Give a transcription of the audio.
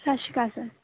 ਸਤਿ ਸ਼੍ਰੀ ਅਕਾਲ ਸਰ